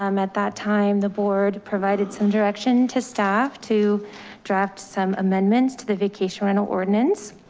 um at that time, the board provided some direction to staff, to draft some amendments to the vacation rental ordinance.